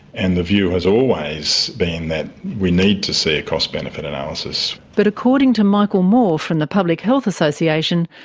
and the view has always been that we need to see a cost benefit analysis. but according to michael moore from the public health association,